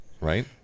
right